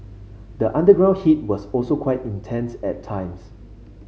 the underground heat was also quite intense at times